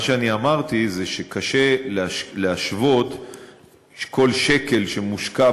מה שאמרתי זה שקשה להשוות כל שקל שמושקע